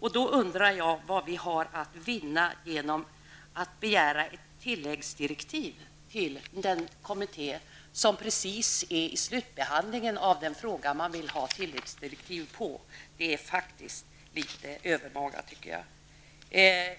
Jag undrar därför vad vi har att vinna genom att begära ett tilläggsdirektiv till den kommitté som befinner sig i slutbehandlingen av den fråga som man vill ha tilläggsdirektiv till. Det är faktiskt litet övermaga tycker jag.